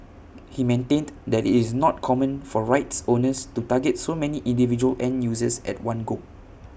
he maintained that it's not common for rights owners to target so many individual end users at one go